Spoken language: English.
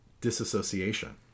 disassociation